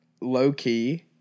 low-key